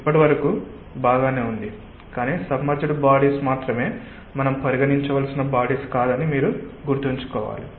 ఇప్పటివరకు బాగా ఉంది కాని సబ్మర్జ్డ్ బాడీస్ మాత్రమే మనం పరిగణించవలసిన బాడీస్ కాదని గుర్తుంచుకోవాలి